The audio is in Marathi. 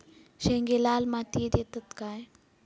शेंगे लाल मातीयेत येतत काय?